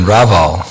Raval